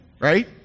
Right